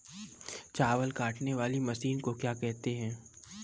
चावल काटने वाली मशीन को क्या कहते हैं?